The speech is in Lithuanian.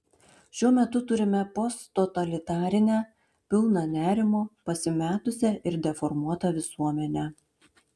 šiuo metu turime posttotalitarinę pilną nerimo pasimetusią ir deformuotą visuomenę